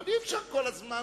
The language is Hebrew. אבל אי-אפשר כל הזמן.